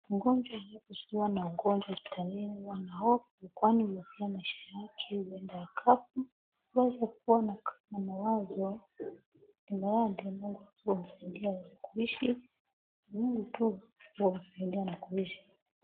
Mgonjwa yuko na ugonjwa hospitalini wanahofu kwani hofu ya maisha yake. Huenda akafaa. Huwezi kuwa na mawazo ni mradi Mungu amusaidi aze kuishi. Mungu tu umsaidie na kuishi.